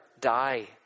die